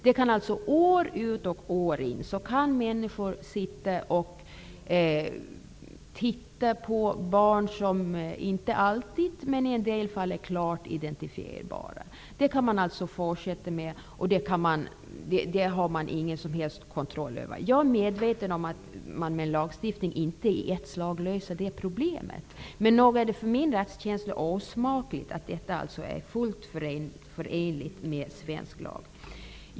År ut och år in kan människor titta på barn som är, om inte alltid så ofta, klart identifierbara. Det kan man alltså fortsätta med, och det finns ingen kontroll över det. Jag är medveten om att man med lagstiftning inte i ett slag löser det problemet. Men för mig känns det osmakligt att detta förfarande är fullt förenligt med svensk lag.